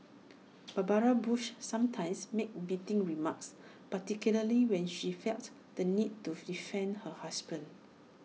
Barbara bush sometimes made biting remarks particularly when she felt the need to defend her husband